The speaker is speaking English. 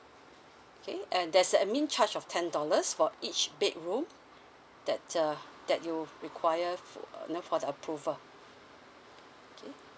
okay and there's a admin charge of ten dollars for each bedroom that uh that you require for you know for the approval okay